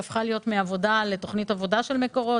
שהפכה להיות לתוכנית עבודה של מקורות?